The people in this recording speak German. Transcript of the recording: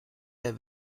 der